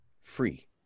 Free